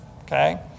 Okay